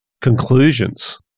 conclusions